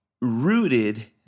rooted